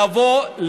לבוא,